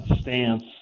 Stance